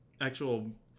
actual